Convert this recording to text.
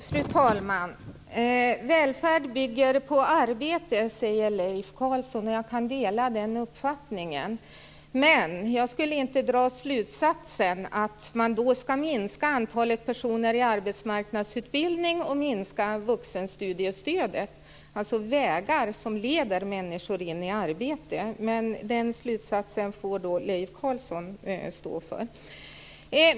Fru talman! Välfärd bygger på arbete, säger Leif Carlson. Jag kan dela den uppfattningen. Men jag skulle inte dra slutsatsen att man då ska minska antalet personer i arbetsmarknadsutbildning och minska vuxenstudiestödet, alltså vägar som leder människor in i arbete. Men den slutsatsen får Leif Carlson stå för.